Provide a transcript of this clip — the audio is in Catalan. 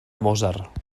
mozart